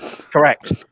Correct